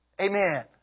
Amen